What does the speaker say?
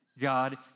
God